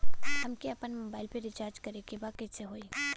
हमके आपन मोबाइल मे रिचार्ज करे के बा कैसे होई?